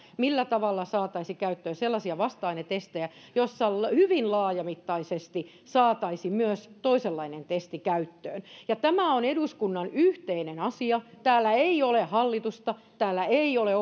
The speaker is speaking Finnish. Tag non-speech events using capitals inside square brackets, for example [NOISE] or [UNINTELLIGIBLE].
millä tavalla saataisiin käyttöön sellaisia vasta ainetestejä että hyvin laajamittaisesti saataisiin myös tällainen toisenlainen testi käyttöön tämä on eduskunnan yhteinen asia täällä ei ole hallitusta täällä ei ole [UNINTELLIGIBLE]